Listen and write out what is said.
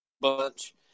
bunch